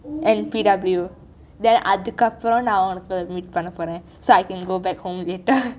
and P_W then நான் உ ன்னே:naan unnai meet பன்ன போகிறேன்:panna pokiraen so I can go back home later